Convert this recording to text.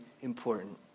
important